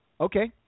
Okay